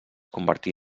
convertí